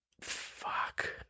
Fuck